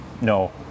no